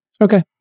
okay